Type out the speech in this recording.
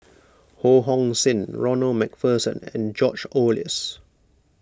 Ho Hong Sing Ronald MacPherson and George Oehlers